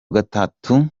gatatu